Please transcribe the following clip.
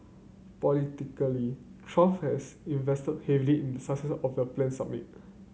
politically Trump has invested heavily success of the planned summit